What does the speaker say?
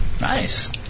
Nice